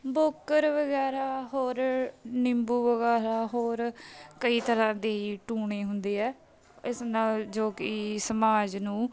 ਬੋਕਰ ਵਗੈਰਾ ਹੋਰ ਨਿੰਬੂ ਵਗੈਰਾ ਹੋਰ ਕਈ ਤਰ੍ਹਾਂ ਦੀ ਟੂਣੇ ਹੁੰਦੇ ਹੈ ਇਸ ਨਾਲ ਜੋ ਕਿ ਸਮਾਜ ਨੂੰ